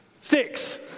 Six